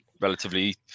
relatively